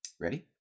Ready